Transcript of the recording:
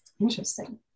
Interesting